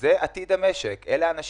זה עתיד המשק, אלה אנשים